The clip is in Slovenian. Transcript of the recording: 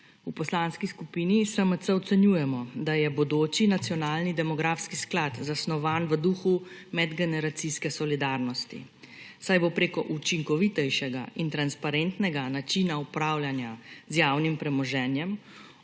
V Poslanski skupini SMC ocenjujemo, da je bodoči nacionalni demografski sklad zasnovan v duhu medgeneracijske solidarnosti, saj bo preko učinkovitejšega in transparentnega načina upravljanja z javnim premoženjem